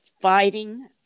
fighting